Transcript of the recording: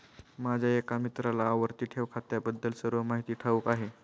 माझ्या एका मित्राला आवर्ती ठेव खात्याबद्दल सर्व माहिती ठाऊक आहे